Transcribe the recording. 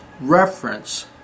reference